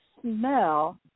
smell